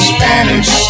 Spanish